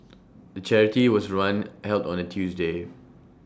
the charity was run held on A Tuesday